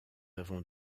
avons